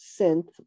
synth